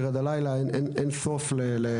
אין מגרש ספורט בבני ברק,